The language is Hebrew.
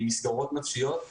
עם מסגרות נפשיות,